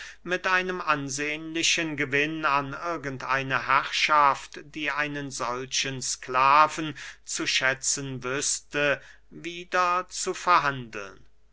mit einem ansehnlichen gewinn an irgend eine herrschaft die einen solchen sklaven zu schätzen wüßte wieder zu verhandeln